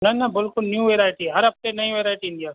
न न बिल्कुलु न्यू वैराइटी हर हफ़्ते नईं वैराइटी ईंदी आहे असां